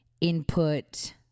input